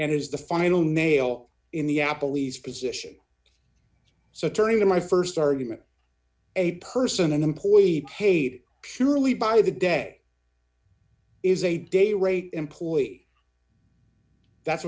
and is the final nail in the apple lease position so turning to my st argument a person an employee paid purely by the day is a day rate employee that's